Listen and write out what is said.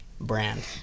Brand